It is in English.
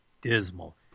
dismal